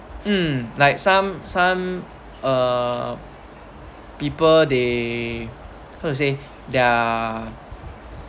mm like some some (uh)people they how to say they're